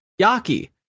yaki